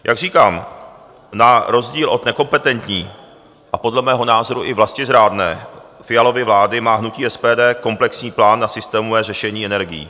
Jak říkám, na rozdíl od nekompetentní a podle mého názoru i vlastizrádné Fialovy vlády má hnutí SPD komplexní plán na systémové řešení energií.